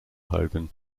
hogan